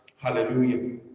Hallelujah